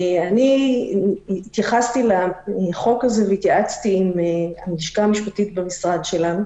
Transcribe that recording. אני התייחסתי לחוק הזה והתייעצתי עם הלשכה משפטית במשרד שלנו,